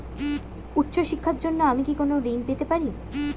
উচ্চশিক্ষার জন্য আমি কি কোনো ঋণ পেতে পারি?